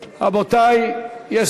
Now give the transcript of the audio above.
רבותי,